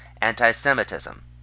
anti-Semitism